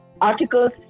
articles